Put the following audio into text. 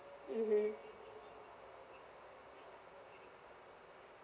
mmhmm